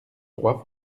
trois